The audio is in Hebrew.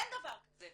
אין דבר כזה.